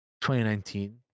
2019